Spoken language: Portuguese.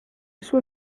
isso